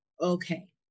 okay